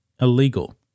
illegal